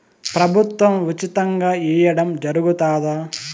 ప్రభుత్వం ఉచితంగా ఇయ్యడం జరుగుతాదా?